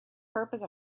purpose